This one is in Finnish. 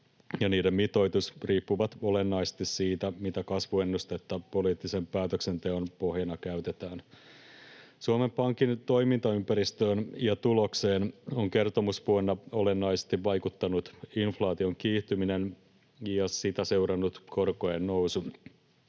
niiden mitoitus riippuvat olennaisesti siitä, mitä kasvuennustetta poliittisen päätöksenteon pohjana käytetään. Suomen Pankin toimintaympäristöön ja tulokseen ovat kertomusvuonna olennaisesti vaikuttaneet inflaation kiihtyminen ja sitä seurannut korkojen nousu.